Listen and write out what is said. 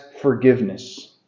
forgiveness